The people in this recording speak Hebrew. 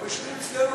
אבל ביישובים אצלנו,